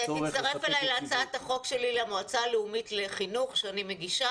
אז תצטרף אליי להצעת החוק שלי למועצה לאומית לחינוך שאני מגישה.